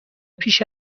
پیش